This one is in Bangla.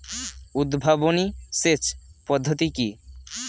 উদ্ভাবনী সেচ পদ্ধতি কি?